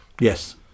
Yes